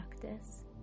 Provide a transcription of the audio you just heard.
practice